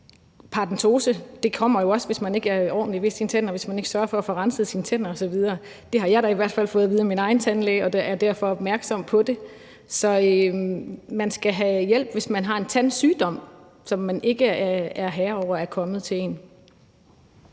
Paradentose kommer jo også, hvis man ikke er ordentlig ved sine tænder, hvis man ikke sørger for at få renset sine tænder osv. Det har jeg da i hvert fald fået at vide af min egen tandlæge og er derfor opmærksom på det. Man skal have hjælp, hvis man har en tandsygdom, som man ikke er herre over er kommet til en.